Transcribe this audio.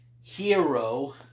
hero